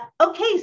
Okay